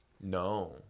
No